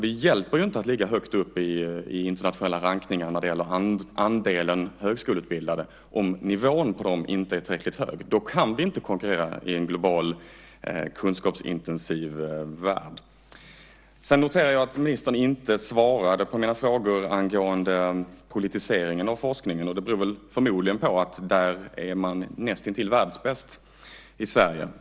Det hjälper inte att ligga högt upp i internationella rankningar när det gäller andelen högskoleutbildade om nivån på dem inte är tillräckligt hög. Då kan vi inte konkurrera i en global, kunskapsintensiv värld. Sedan noterar jag att ministern inte svarade på mina frågor angående politiseringen av forskningen. Det beror förmodligen på att man där är näst intill världsbäst i Sverige.